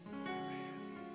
Amen